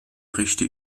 richte